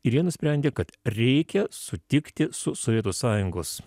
ir jie nusprendė kad reikia sutikti su sovietų sąjungos